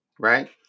right